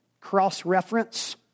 Cross-reference